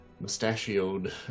mustachioed